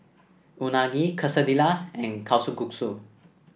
Unagi Quesadillas and Kalguksu